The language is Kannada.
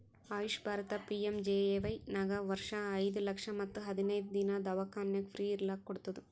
ಆಯುಷ್ ಭಾರತ ಪಿ.ಎಮ್.ಜೆ.ಎ.ವೈ ನಾಗ್ ವರ್ಷ ಐಯ್ದ ಲಕ್ಷ ಮತ್ ಹದಿನೈದು ದಿನಾ ದವ್ಖಾನ್ಯಾಗ್ ಫ್ರೀ ಇರ್ಲಕ್ ಕೋಡ್ತುದ್